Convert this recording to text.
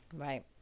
Right